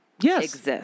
Yes